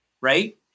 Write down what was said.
right